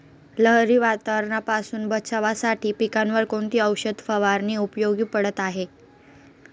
लहरी वातावरणापासून बचावासाठी पिकांवर कोणती औषध फवारणी उपयोगी पडत आहे?